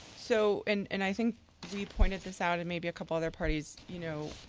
so and and i think we pointed this out and maybe a couple other parties, you know,